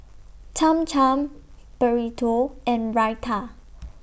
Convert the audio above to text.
Cham Cham Burrito and Raita